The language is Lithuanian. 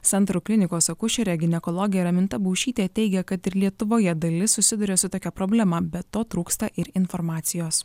centro klinikos akušerė ginekologė raminta baušytė teigia kad ir lietuvoje dalis susiduria su tokia problema be to trūksta ir informacijos